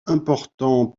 importants